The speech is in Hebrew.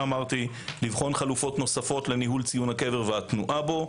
לבחון חלופות נוספות לניהול ציון הקבר והתנועה בו,